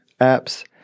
apps